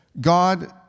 God